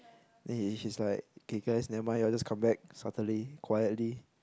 then he is like okay guys never mind y'all just come back Saturday quietly